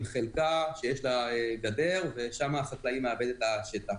חלקה שיש לה גדר ושם החקלאי מעבד את השטח.